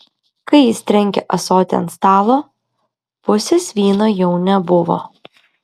kai jis trenkė ąsotį ant stalo pusės vyno jau nebuvo